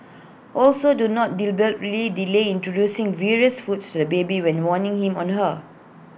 also do not deliberately delay introducing various foods to the baby when warning him on her